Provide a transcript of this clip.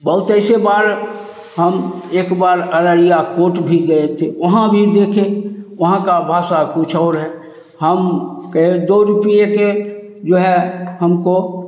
बहुत ऐसे बार हम एक बार अररिया कोर्ट भी गए थे वहाँ भी देखे वहाँ का भाषा कुछ और है हम कहे दो रुपये के जो है हमको